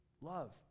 Love